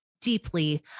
deeply